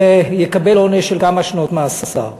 יקבל עונש של כמה שנות מאסר.